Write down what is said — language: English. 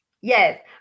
yes